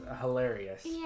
hilarious